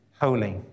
holy